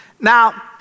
Now